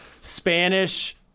Spanish